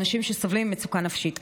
אנשים שסובלים ממצוקה נפשית.